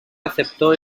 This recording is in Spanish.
aceptó